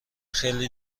خیلی